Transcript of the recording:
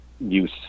use